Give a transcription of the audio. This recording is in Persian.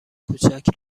کوچک